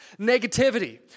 negativity